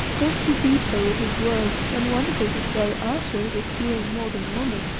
thus he beat her with his words, and, wonderful to say, ayesha, this being more than woman,